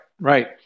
right